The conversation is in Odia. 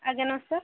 ଆଜ୍ଞା ନମସ୍କାର